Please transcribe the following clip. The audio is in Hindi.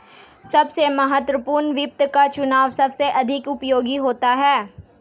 सबसे महत्वपूर्ण वित्त का चुनाव सबसे अधिक उपयोगी होता है